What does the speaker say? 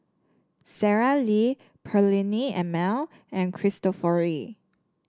Sara Lee Perllini and Mel and Cristofori